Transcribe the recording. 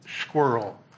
squirrel